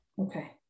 Okay